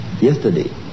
yesterday